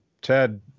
Ted